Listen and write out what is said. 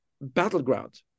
battleground